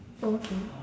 oh okay